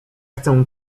chcę